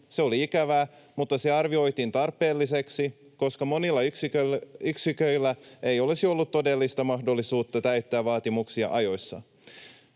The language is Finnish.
Se oli ikävää, mutta se arvioitiin tarpeelliseksi, koska monilla yksiköillä ei olisi ollut todellista mahdollisuutta täyttää vaatimuksia ajoissa.